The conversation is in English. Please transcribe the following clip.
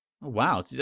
Wow